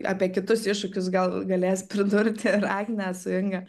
apie kitus iššūkius gal galės pridurti ir agnė su inga